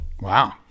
Wow